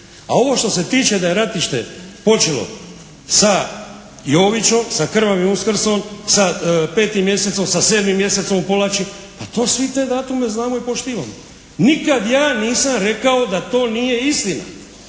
a ovo što se tiče da je ratište počelo sa Jovićom, sa krvavim Uskrsom, sa 5. mjesecom, sa 7. mjesecom …/Govornik se ne razumije./… pa to svi te datume znamo i poštivamo. Nikad ja nisam rekao da to nije istina.